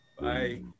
Bye